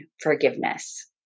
forgiveness